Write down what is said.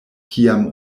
kiam